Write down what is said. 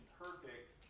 perfect